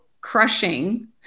crushing